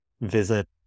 visit